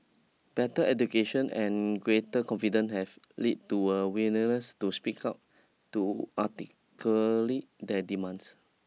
better education and greater confident have led to a willingness to speak out to articulate their demands